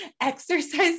exercise